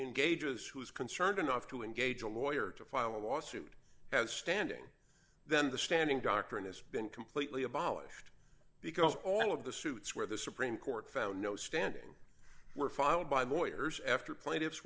engages who is concerned enough to engage a lawyer to file a lawsuit has standing then the standing doctrine has been completely abolished because all of the suits where the supreme court found no standing were filed by lawyers after plaintiffs